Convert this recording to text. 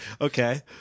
okay